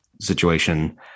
situation